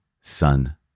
son